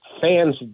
fans